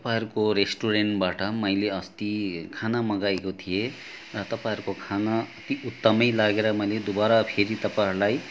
तपाईँहरूको रेस्टुरेन्टबाट मैले अस्ति खाना मगाएको थिएँ र तपाईँहरूको खाना अति उत्तमै लागेर मैले दोबारा फेरि तपाईँहरूलाई